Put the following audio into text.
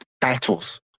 titles